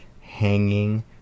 hanging